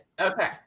Okay